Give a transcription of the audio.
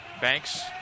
Banks